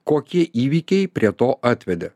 kokie įvykiai prie to atvedė